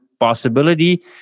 possibility